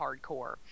hardcore